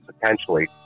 potentially